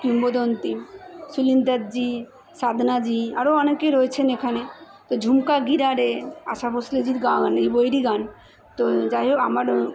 কিংবদন্তী সুনীল দত্তজি সাধনাজি আরো অনেকে রয়েছেন এখানে তো ঝুমকা গিরা রে আশা ভোঁসলেজির গাওয়া গান এই বইয়েরই গান তো যাই হোক আমার